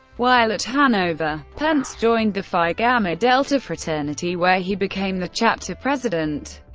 while at hanover, pence joined the phi gamma delta fraternity, where he became the chapter president.